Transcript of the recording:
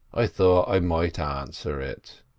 i thought i might answer it.